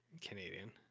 Canadian